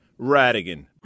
radigan